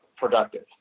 productive